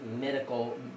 medical